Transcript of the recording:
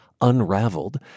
Unraveled